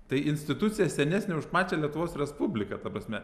tai institucija senesnė už pačią lietuvos respubliką ta prasme